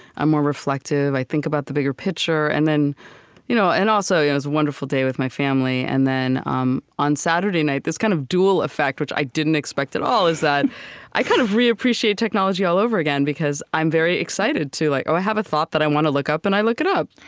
i'm more reflective. i think about the bigger picture. and then you know and also yeah it's a wonderful day with my family. and then um on saturday night, this kind of dual effect, which i didn't expect at all, is that i kind of reappreciate technology all over again, because i'm very excited to, like oh, i have a thought that i want to look up, and i look it up!